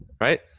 right